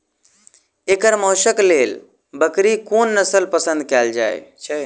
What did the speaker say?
एकर मौशक लेल बकरीक कोन नसल पसंद कैल जाइ छै?